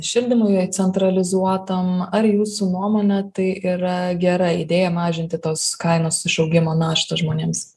šildymui centralizuotam ar jūsų nuomone tai yra gera idėja mažinti tos kainos išaugimo naštą žmonėms